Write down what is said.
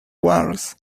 wars